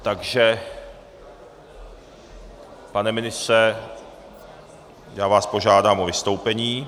Takže pane ministře, já vás požádám o vystoupení.